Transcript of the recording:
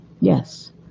Yes